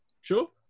Sure